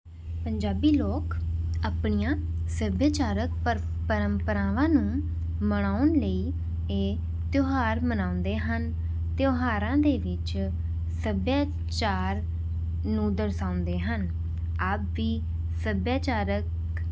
ਪੰਜਾਬੀ ਲੋਕ ਆਪਣੀਆਂ ਸੱਭਿਆਚਾਰਕ ਪਰ ਪਰੰਪਰਾਵਾਂ ਨੂੰ ਮਨਾਉਣ ਲਈ ਇਹ ਤਿਉਹਾਰ ਮਨਾਉਂਦੇ ਹਨ ਤਿਉਹਾਰਾਂ ਦੇ ਵਿੱਚ ਸੱਭਿਆਚਾਰ ਨੂੰ ਦਰਸਾਉਂਦੇ ਹਨ ਆਪ ਵੀ ਸੱਭਿਆਚਾਰਕ